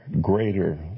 greater